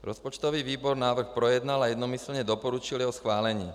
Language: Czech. Rozpočtový výbor návrh projednal a jednomyslně doporučil jeho schválení.